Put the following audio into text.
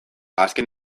azken